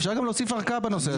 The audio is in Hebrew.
אפשר להוסיף ערכאה בנושא הזה.